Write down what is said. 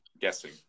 guessing